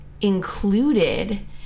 included